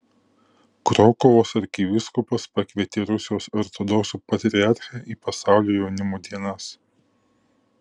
krokuvos arkivyskupas pakvietė rusijos ortodoksų patriarchą į pasaulio jaunimo dienas